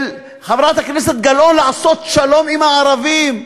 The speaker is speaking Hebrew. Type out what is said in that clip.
של, חברת הכנסת גלאון, לעשות שלום עם הערבים.